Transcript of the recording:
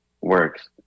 works